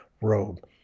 robe